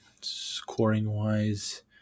scoring-wise